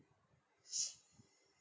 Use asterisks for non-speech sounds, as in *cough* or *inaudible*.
*noise*